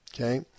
Okay